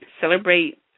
Celebrate